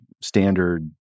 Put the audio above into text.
standard